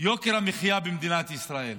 יוקר המחייה במדינת ישראל